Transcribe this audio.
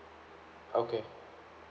okay